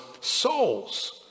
souls